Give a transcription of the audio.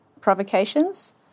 provocations